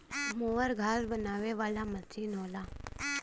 mower घास बनावे वाला मसीन होला